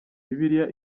bibiliya